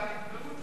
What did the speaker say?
זה לא כישלון.